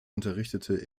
unterrichtete